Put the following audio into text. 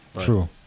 True